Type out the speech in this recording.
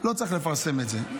לא צריך לפרסם את זה.